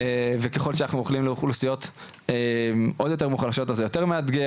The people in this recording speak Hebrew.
וככל שאנחנו הולכים לאוכלוסיות עוד יותר מוחלשות אז זה יותר מאתגר.